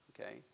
okay